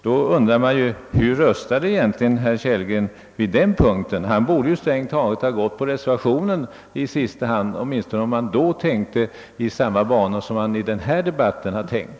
Jag undrar därför hur herr Kellgren egentligen röstade under punkt 5 i nyss nämnda utlåtande. Han borde strängt taget ha biträtt den reservationen, om han då tänkte i samma banor som han gjort i denna debatt.